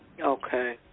Okay